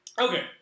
Okay